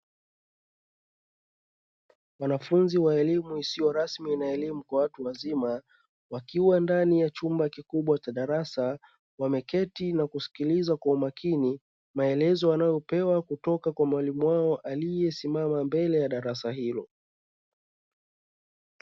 Mwanafunzi wa elimu isiyo rasmi na elimu kwa watu wazima; wakiwa ndani ya chumba kikubwa cha darasa, wameketi na kusikiliza kwa makini maelezo wanayopewa kutoka kwa mwalimu wao aliyesimama mbele ya darasa hilo.